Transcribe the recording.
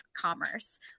Commerce